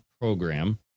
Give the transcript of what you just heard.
program